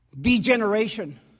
degeneration